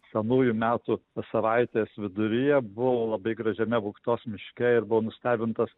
senųjų metų savaitės viduryje buvau labai gražiame buktos miške ir buvau nustebintas